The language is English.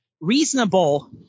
reasonable